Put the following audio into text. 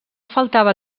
faltava